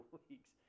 weeks